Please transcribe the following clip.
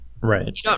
right